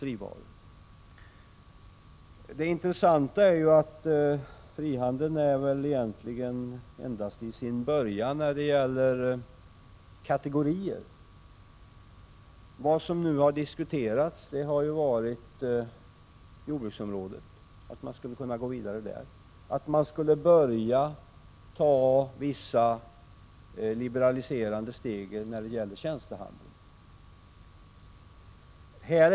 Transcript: politiska frågor Det intressanta är att frihandeln egentligen endast är i sin början när det gäller kategorier. Vad som nu har diskuterats har varit möjligheten att gå vidare på jordbruksområdet och dessutom att man skall börja ta vissa liberaliserande steg när det gäller tjänstehandeln.